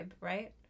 right